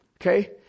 Okay